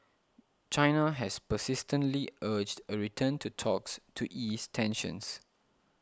China has persistently urged a return to talks to ease tensions